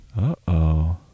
Uh-oh